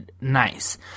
nice